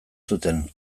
zuten